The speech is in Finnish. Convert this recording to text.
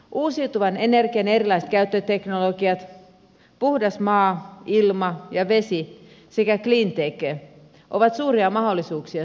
uusiutuvan energian erilaiset käyttöteknologiat puhdas maa ilma ja vesi sekä cleantech ovat suuria mahdollisuuksia suomelle